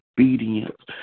obedience